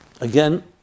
Again